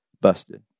Busted